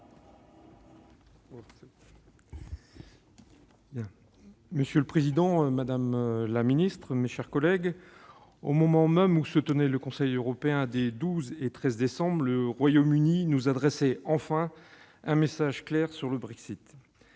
Monsieur le président, madame la secrétaire d'État, mes chers collègues, au moment même où se tenait le Conseil européen des 12 et 13 décembre, le Royaume-Uni nous adressait enfin un message clair sur le Brexit.